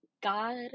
God